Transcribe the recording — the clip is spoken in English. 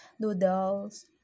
noodles